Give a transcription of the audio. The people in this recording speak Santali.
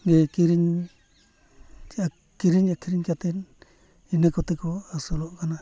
ᱜᱮ ᱠᱤᱨᱤᱧ ᱠᱤᱨᱤᱧ ᱟᱹᱠᱷᱨᱤᱧ ᱠᱟᱛᱮᱫ ᱤᱱᱟᱹ ᱠᱚᱛᱮ ᱠᱚ ᱟᱹᱥᱩᱞᱚᱜ ᱠᱟᱱᱟ